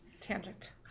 tangent